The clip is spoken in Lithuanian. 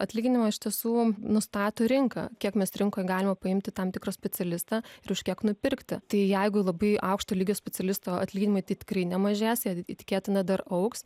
atlyginimą iš tiesų nustato rinka kiek mes rinkoj galima paimti tam tikrą specialistą ir už kiek nupirkti tai jeigu labai aukšto lygio specialisto atlyginimai tai tikrai nemažės jei ateityje tikėtina dar augs